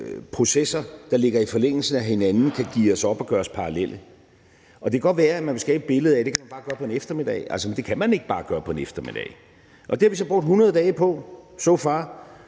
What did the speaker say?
der ligger i forlængelse af hinanden, kan geares op og gøres parallelle. Det kan godt være, at man vil skabe et billede af, at det kan man bare gøre på en eftermiddag, men altså, det kan man ikke bare gøre på en eftermiddag. Det har vi så brugt 100 dage på so far,